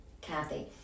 Kathy